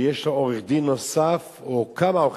ויש לו עורך-דין נוסף, או כמה עורכי-דין,